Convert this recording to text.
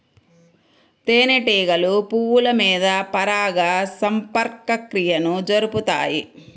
తేనెటీగలు పువ్వుల మీద పరాగ సంపర్క క్రియను జరుపుతాయి